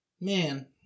Man